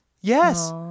Yes